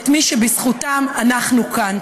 את מי שבזכותם אנחנו כאן.